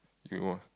you won't